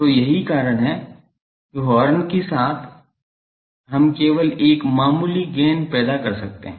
तो यही कारण है कि हॉर्न के साथ हम केवल एक मामूली गेन पैदा कर सकते हैं